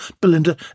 Belinda